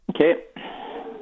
Okay